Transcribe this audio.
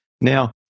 Now